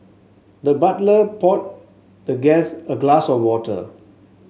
the butler poured the guest a glass of water